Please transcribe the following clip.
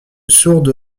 sourde